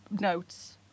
notes